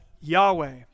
Yahweh